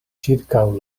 ĉirkaŭ